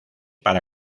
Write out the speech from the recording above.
para